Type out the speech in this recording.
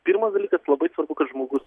pirmas dalykas labai svarbu kad žmogus